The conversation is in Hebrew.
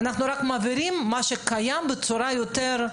אנחנו רק מבהירים מה שקיים בצורה אחרת,